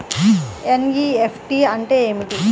NEFT అంటే ఏమిటి?